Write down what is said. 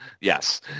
Yes